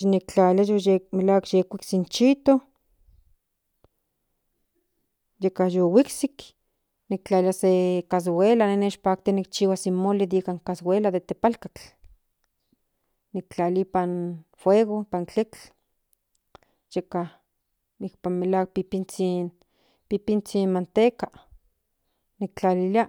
yi nik tlalia yek yek melahuak yihuiksik in chito yeka yu huiksik ye niktlalilia se casguela ine nishpakti achihuas in moli de casguela de paltlak tiktlalia nipa in fuego nipan tletl yeka inpan melahuak pipinzhin manteca kintlalilia.